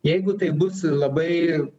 jeigu tai bus labai